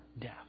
death